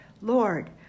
Lord